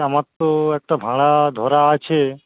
আমার তো একটা ভাড়া ধরা আছে